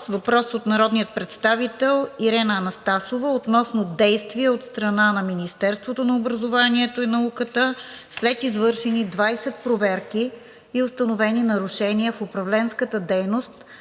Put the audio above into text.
въпрос от народния представител Ирена Анастасова относно действие от страна на Министерството на образованието и науката след извършени 20 проверки и установени нарушения в управленската дейност